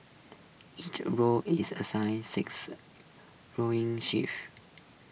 each rower is assigned six rowing shifts